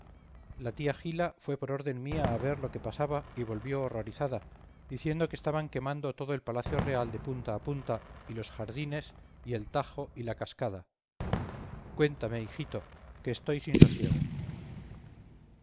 la tía gila fue por orden mía a ver lo que pasaba y volvió horrorizada diciendo que estaban quemando todo el palacio real de punta a punta y los jardines y el tajo y la cascada cuéntame hijito que estoy sin sosiego